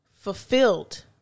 fulfilled